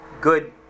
good